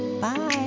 Bye